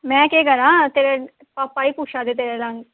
मैं केह् करां तेरे पापा ही पुच्छै दे तेरे ताईं